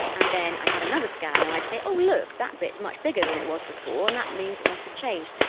and then i'd have another scan and i'd say, oh look, that bit is much bigger than it was before and that means it must have changed.